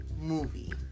movie